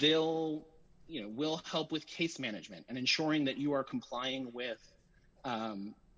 will you know will help with case management and ensuring that you are complying with